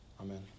amen